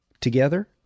together